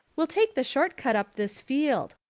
we'll take the short cut up this field.